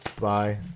Bye